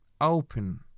open